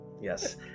yes